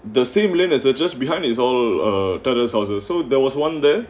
the same lane as a just behind is all a terrace houses so there was one there